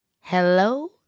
Hello